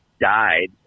died